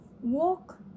walk